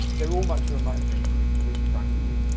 they're all much of a muchness to be completely frank with you.